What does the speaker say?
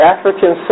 African